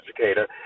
educator